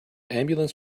ambulance